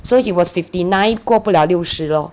so he was fifty nine 过不了六十 lor